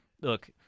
look –